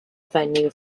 venue